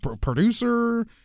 producer